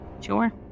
sure